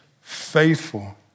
faithful